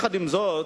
עם זאת,